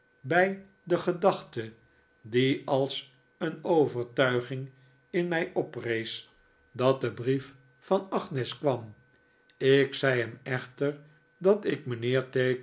bij de gedachte die als een overtuiging in mij oprees dat die brief van agnes kwam ik zei hem echter dat ik mijnheer